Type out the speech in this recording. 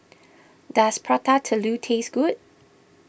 does Prata Telur taste good